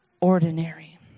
ordinary